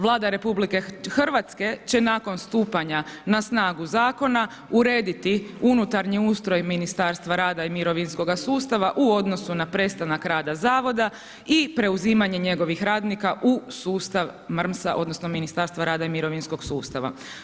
Vlada RH će nakon stupanja na snagu Zakona, urediti unutarnji ustroj Ministarstva rada i mirovinskoga sustava u odnosu na prestanak rada Zavoda i preuzimanje njegovih radnika u sustav MRMS-a odnosno Ministarstva rada i mirovinskog sustava.